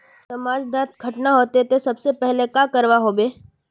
समाज डात घटना होते ते सबसे पहले का करवा होबे?